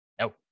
no